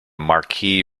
marquis